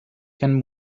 can